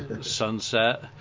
Sunset